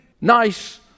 nice